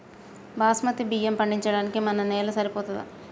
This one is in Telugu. బాస్మతి బియ్యం పండించడానికి మన నేల సరిపోతదా?